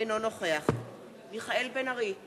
אינו נוכח מיכאל בן-ארי,